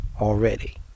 already